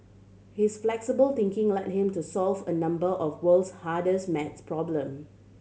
his flexible thinking led him to solve a number of world's hardest maths problem